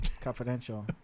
Confidential